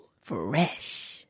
Fresh